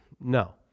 No